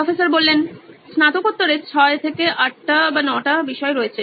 অধ্যাপক স্নাতকোত্তরে 6 থেকে 8 9 টি বিষয় রয়েছে